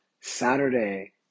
Saturday